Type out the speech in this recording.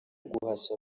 guhashya